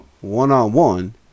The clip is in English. one-on-one